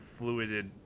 fluided